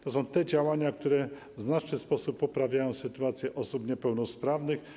To są te działania, które w znaczny sposób poprawiają sytuację osób niepełnosprawnych.